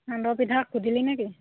সান্দহ পিঠা খুন্দিলি নে কি